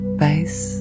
base